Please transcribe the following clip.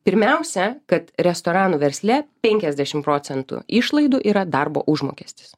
pirmiausia kad restoranų versle penkiasdešim procentų išlaidų yra darbo užmokestis